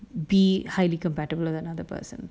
be highly compatible with another person